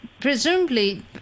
presumably